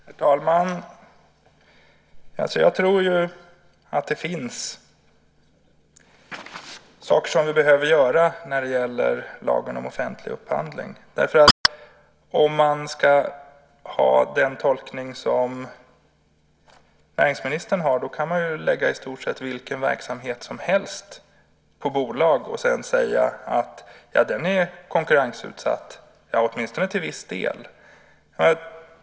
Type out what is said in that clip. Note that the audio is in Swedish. Herr talman! Jag tror att det finns saker som vi behöver göra när det gäller lagen om offentlig upphandling. Med den tolkning som näringsministern har kan man ju lägga i stort sett vilken verksamhet som helst på bolag och sedan säga att den är konkurrensutsatt, åtminstone till viss del.